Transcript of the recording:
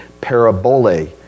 parabole